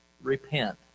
repent